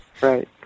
Right